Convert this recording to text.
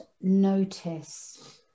notice